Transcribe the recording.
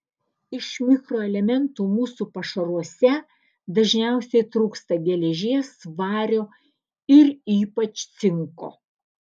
iš mikroelementų mūsų pašaruose dažniausiai trūksta geležies vario ir ypač cinko